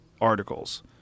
articles